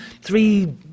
three